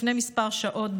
לפני כמה שעות,